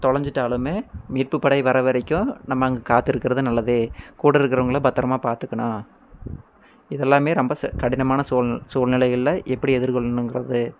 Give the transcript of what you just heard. தொலைஞ்சிட்டாலுமே மீட்பு படை வர வரைக்கும் நம்ம அங்கே காத்திருக்குறது நல்லது கூட இருக்கிறவங்கள பத்தரமாக பார்த்துக்கணும் இதெல்லாமே ரொம்ப ச கடினமான சூழ் சூழ்நிலைகளை எப்படி எதிர்கொள்ளணுங்கிறது